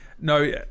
No